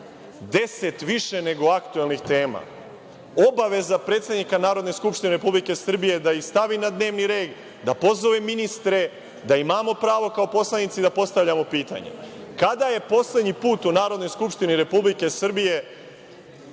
više nego aktuelnih tema. Obaveza predsednika Narodne skupštine Republike Srbije je da ih stavi na dnevni red, da pozove ministre, da imamo pravo kao poslanici da postavljamo pitanja. Kada je poslednji put u Narodnoj skupštini Republike Srbije